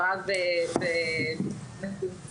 במסגרת מחקר ושינויים שצריכים להיבחן